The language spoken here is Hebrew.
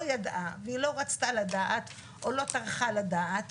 ידעה והיא לא רצתה לדעת או לא טרחה לדעת,